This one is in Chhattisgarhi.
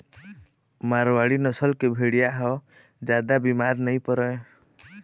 मारवाड़ी नसल के भेड़िया ह जादा बिमार नइ परय